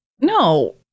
No